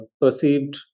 perceived